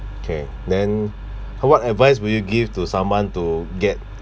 okay then how what advice would you give to someone to get